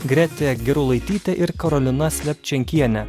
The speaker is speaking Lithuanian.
gretė gerulaitytė ir karolina slepčenkienė